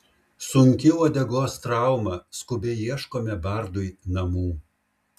sunki uodegos trauma skubiai ieškome bardui namų